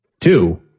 Two